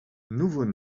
nouveau